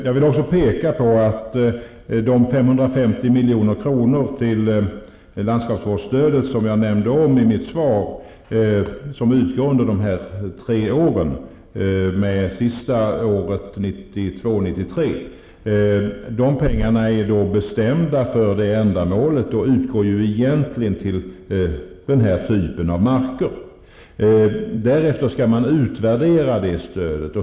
Jag vill också peka på att de 550 miljonerna i landskapsvårdsstöd som jag nämnde i mitt svar som utgår under tre år t.o.m. 1992/93, är bestämda för det ändamålet och utgår egentligen för denna typ av marker. Därefter skall man utvärdera det stödet.